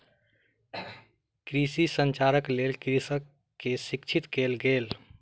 कृषि संचारक लेल कृषक के शिक्षित कयल गेल